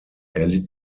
erlitt